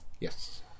Yes